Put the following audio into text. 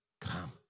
come